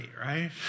right